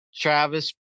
travis